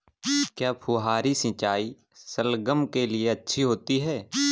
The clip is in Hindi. क्या फुहारी सिंचाई शलगम के लिए अच्छी होती है?